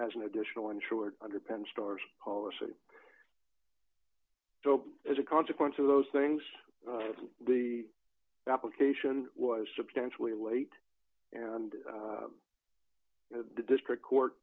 as an additional insured under penn stars policy as a consequence of those things the application was substantially late and the district court